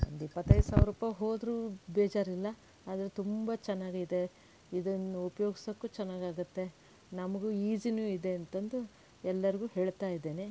ಒಂದು ಇಪ್ಪತ್ತೈದು ಸಾವ್ರುಪಾಯಿ ಹೋದರೂ ಬೇಜಾರಿಲ್ಲ ಆದರೆ ತುಂಬ ಚೆನ್ನಾಗಿದೆ ಇದನ್ನು ಉಪ್ಯೋಗಿಸೋಕ್ಕೂ ಚೆನ್ನಾಗಿ ಆಗತ್ತೆ ನಮಗೂ ಈಸಿನು ಇದೆ ಅಂತಂದು ಎಲ್ಲರಿಗೂ ಹೇಳ್ತಾಯಿದ್ದೇನೆ